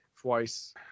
twice